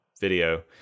video